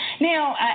Now